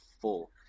full